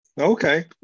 Okay